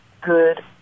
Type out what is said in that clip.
good